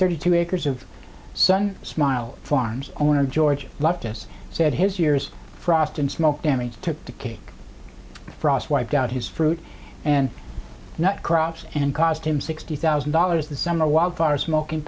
thirty two acres of sun smile farms owner george leftists said his years frost and smoke damage took the cake frost wiped out his fruit and nut crops and cost him sixty thousand dollars this summer wildfire smok